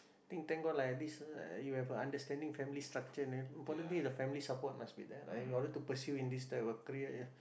think thank god lah at least you have a understanding family structure importantly family support must be there in order to pursue in this type of career ya